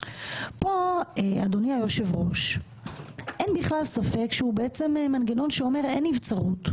כאן אדוני היושב ראש אין בכלל ספק שהוא בעצם מנגנון שאומר שאין נבצרות.